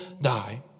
die